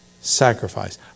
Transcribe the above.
sacrifice